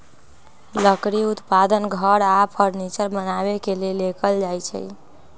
लकड़ी उत्पादन घर आऽ फर्नीचर बनाबे के लेल कएल जाइ छइ